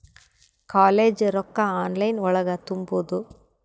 College ರೊಕ್ಕ online ಒಳಗ ತುಂಬುದು?